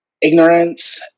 ignorance